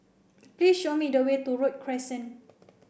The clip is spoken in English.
please show me the way to Road Crescent